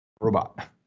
robot